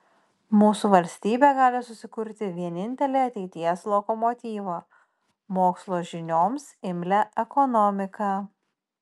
mūsų valstybė gali susikurti vienintelį ateities lokomotyvą mokslo žinioms imlią ekonomiką